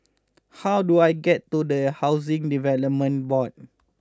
how do I get to the Housing Development Board